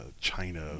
China